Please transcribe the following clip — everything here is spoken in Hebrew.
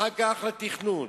אחרכך לתכנון,